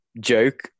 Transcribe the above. joke